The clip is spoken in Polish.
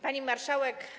Pani Marszałek!